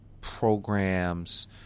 programs